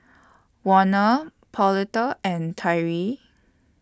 Warner Pauletta and Tyree